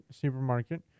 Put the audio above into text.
supermarket